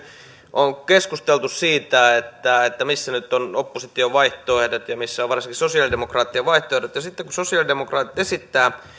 on keskusteltu siitä missä nyt ovat opposition vaihtoehdot ja missä ovat varsinkin sosialidemokraattien vaihtoehdot ja sitten kun sosialidemokraatit esittävät